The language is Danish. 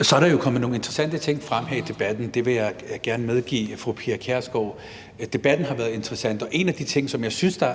Så er der kommet nogle interessante ting frem her i debatten, og det vil jeg gerne medgive fru Pia Kjærsgaard. Debatten har været interessant, og en af de ting, som jeg synes var